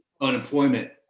unemployment